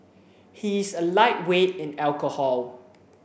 he is a lightweight in alcohol